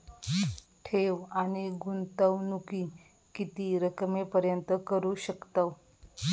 ठेव आणि गुंतवणूकी किती रकमेपर्यंत करू शकतव?